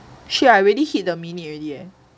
!shit! I already hit the minute already leh